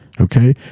Okay